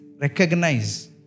recognize